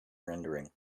rendering